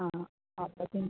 ആ അപ്പോൾ പിന്നെ